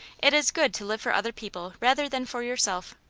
it is good to live for other people rather than for yourself.